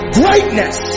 greatness